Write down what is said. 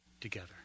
together